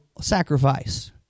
sacrifice